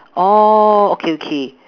oh okay okay